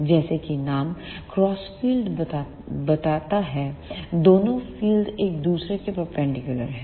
जैसा कि नाम क्रॉस फील्ड बताता है दोनों फ़ील्ड एक दूसरे के परपेंडिकुलर हैं